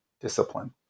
discipline